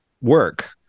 work